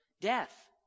death